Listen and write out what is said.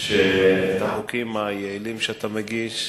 שאת החוקים היעילים שאתה מגיש,